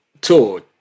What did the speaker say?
tour